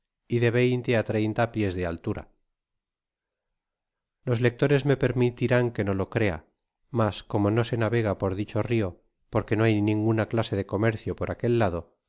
y de veinte á treita pies de altara los lectores me permitirán que no lo crea mas como no se navega por dicho rio porque no hay ninguna clase de comercio por aquel lado